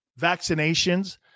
vaccinations